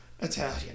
Italian